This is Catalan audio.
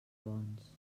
bons